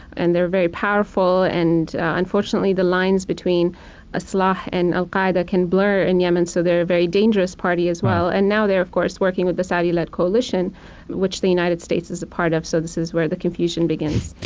and they're very powerful and unfortunately the lines between ah islah and al-qaeda can blur in yemen, so they're a very dangerous party as well. and now they are, of course, working with the saudi-led coalition which the united states is a part of, so this is where the confusion begins,